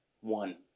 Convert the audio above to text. One